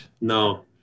No